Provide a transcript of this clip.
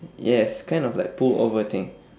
yes kind of like pull over thing